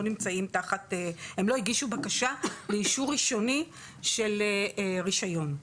הגישו בקשה לאישור ראשוני של רישיון,